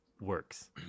works